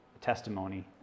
testimony